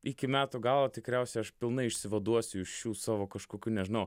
iki metų galo tikriausiai aš pilnai išsivaduosiu iš šių savo kažkokių nežinau